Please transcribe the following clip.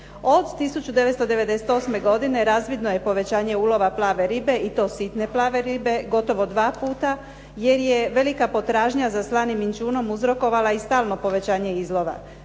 Od 1998. godine razvidno je povećanje ulova plave ribe i to sitne plave ribe gotovo dva puta, jer je velika potražnja za slanim inćunom uzrokovala i stalno povećanje izlova.